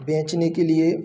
बेचने के लिए